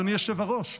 אדוני היושב-ראש.